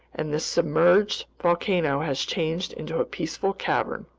and this submerged volcano has changed into a peaceful cavern.